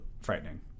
frightening